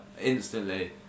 instantly